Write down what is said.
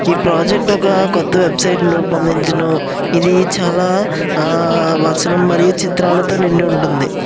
ఈ ప్రాజెక్ట్ ఒక కొత్త వెబ్సైట్ ను రూపొందించెను ఇది చాలా మచ్చలు మరియు చిత్రాలతో నిండి ఉంటుంది